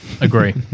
Agree